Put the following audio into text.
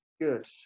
Good